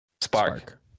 Spark